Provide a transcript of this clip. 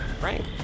right